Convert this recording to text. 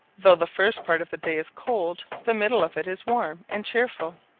though the first part of the day is cold, the middle of it is warm and cheerful.